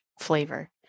flavor